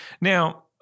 Now